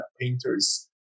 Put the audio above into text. painters